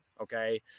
okay